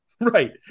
Right